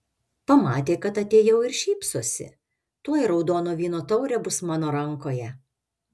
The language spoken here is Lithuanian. pamatė kad atėjau ir šypsosi tuoj raudono vyno taurė bus mano rankoje